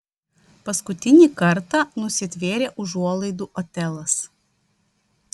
paskutinį kartą nusitvėrė užuolaidų otelas